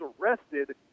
arrested